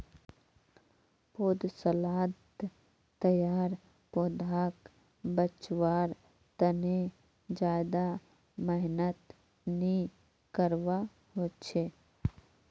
पौधसालात तैयार पौधाक बच्वार तने ज्यादा मेहनत नि करवा होचे